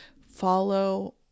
follow